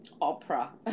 Opera